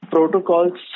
Protocols